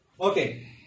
Okay